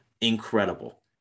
incredible